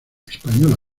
española